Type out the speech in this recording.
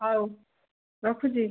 ହଉ ରଖୁଛି